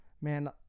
man